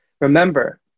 Remember